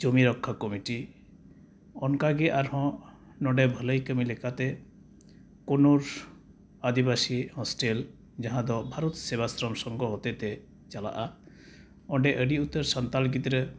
ᱡᱩᱢᱤ ᱨᱚᱠᱠᱷᱟ ᱠᱚᱢᱤᱴᱤ ᱚᱱᱠᱟᱜᱮ ᱟᱨᱦᱚᱸ ᱱᱚᱰᱮ ᱵᱷᱟᱹᱞᱟᱹᱭ ᱠᱟᱹᱢᱤ ᱞᱮᱠᱟᱛᱮ ᱠᱩᱱᱩᱨᱥ ᱟᱹᱫᱤᱵᱟᱹᱥᱤ ᱦᱳᱥᱴᱮᱞ ᱡᱟᱦᱟᱸᱫᱚ ᱵᱷᱟᱨᱚᱛ ᱥᱮᱵᱟᱥᱨᱚᱢ ᱥᱚᱝᱜᱷᱚ ᱦᱚᱛᱮᱛᱮ ᱪᱟᱞᱟᱜᱼᱟ ᱚᱸᱰᱮ ᱟᱹᱰᱤ ᱩᱛᱟᱹᱨ ᱥᱟᱱᱛᱟᱲ ᱜᱤᱫᱽᱨᱟᱹ